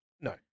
No